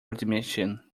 admission